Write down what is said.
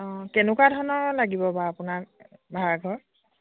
অঁ কেনেকুৱা ধৰণৰ লাগিব বাৰু আপোনাক ভাড়াঘৰ